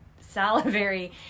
salivary